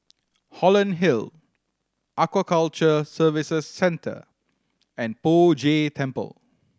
Holland Hill Aquaculture Services Centre and Poh Jay Temple